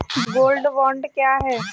Gold bond क्या है?